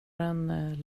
den